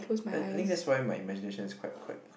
I think that's why my imagination is quite quite